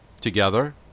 together